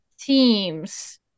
teams